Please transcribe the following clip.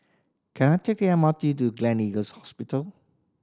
can I take M R T to Gleneagles Hospital